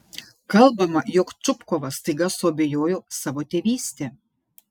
kalbama jog čupkovas staiga suabejojo savo tėvyste